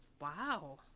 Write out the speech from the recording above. Wow